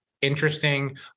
interesting